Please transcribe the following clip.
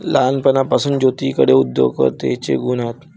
लहानपणापासून ज्योतीकडे उद्योजकतेचे गुण आहेत